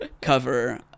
cover